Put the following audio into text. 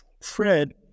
Fred